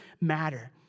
matter